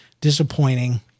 disappointing